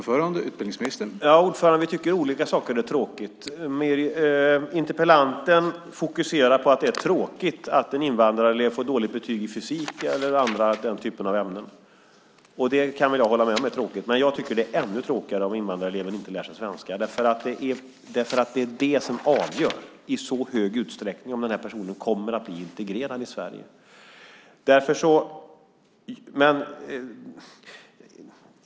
Herr talman! Vi tycker olika saker. Det är tråkigt. Interpellanten fokuserar på att det är tråkigt att en invandrarelev får dåligt betyg i fysik eller andra ämnen. Det kan jag väl hålla med om. Men jag tycker att det är ännu tråkigare om invandrareleven inte lär sig svenska, för det är i hög utsträckning det som avgör om den personen kommer att bli integrerad i Sverige.